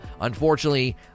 unfortunately